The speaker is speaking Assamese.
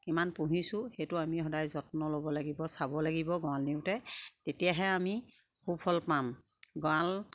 কিমান পুহিছোঁ সেইটো আমি সদায় যত্ন ল'ব লাগিব চাব লাগিব গঁৰাললৈ নিওঁতে তেতিয়াহে আমি সুফল পাম গঁৰাল